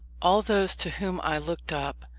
all those to whom i looked up,